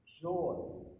joy